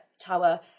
tower